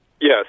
Yes